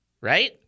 Right